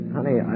Honey